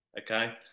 okay